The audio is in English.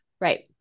right